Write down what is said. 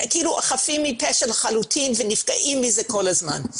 הם לחלוטין חפים מפשע אבל נפגעים מזה כל הזמן.